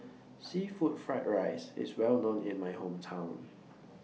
Seafood Fried Rice IS Well known in My Hometown